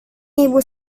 ibu